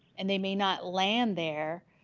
and they may not land there,